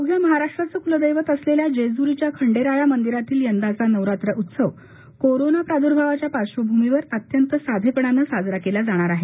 अवघ्या महाराष्ट्राचं कुलदैवत असलेल्या जेजुरीच्या खंडेराया मंदिरातील यंदाचा नवरात्र उत्सव कोरोना प्रार्द्भावाच्या पार्श्वभूमीवर अत्यंत साधेपणानं साजरा केला जाणार आहे